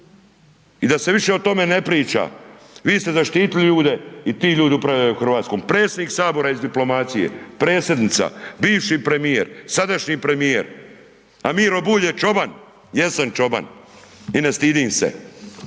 i da se više o tome ne priča, vi ste zaštitili ljude i ti ljudi upravljaju Hrvatskom. Predsjednik Sabora je iz diplomacije, Predsjednica, bivši premijer, sadašnji premijer, a Miro Bulj je čoban, jesam čoban i ne stidim se.